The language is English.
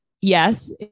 Yes